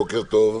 בוקר טוב.